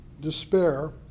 Despair